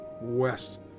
west